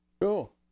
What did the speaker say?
Cool